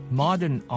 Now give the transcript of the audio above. modern